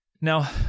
Now